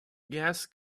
gas